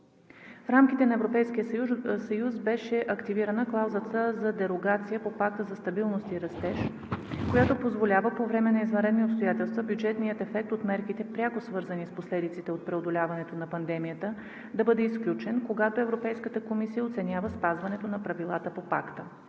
В рамките на Европейския съюз беше активирана клаузата за дерогация по Пакта за стабилност и растеж, която позволява по време на извънредни обстоятелства бюджетният ефект от мерките, пряко свързани с последиците от преодоляването на пандемията, да бъде изключен, когато Европейската комисия оценява спазването на правилата по Пакта.